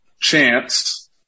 chance